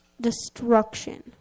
destruction